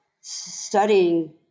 studying